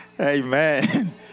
amen